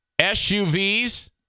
SUVs